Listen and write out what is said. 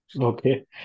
Okay